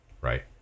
right